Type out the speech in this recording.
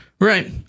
Right